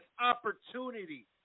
opportunity